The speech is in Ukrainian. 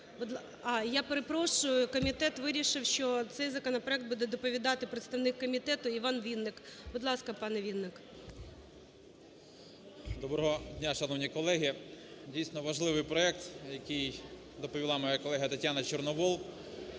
я перепрошую, комітет вирішив, що цей законопроект буде доповідати представник комітету Іван Вінник. Будь ласка, пане Вінник. 13:25:21 ВІННИК І.Ю. Доброго дня, шановні колеги. Дійсно, важливий проект, який доповіла моя колега Тетяна Чорновол.